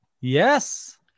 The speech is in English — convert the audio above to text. Yes